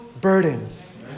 burdens